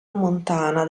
montana